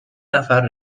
نفر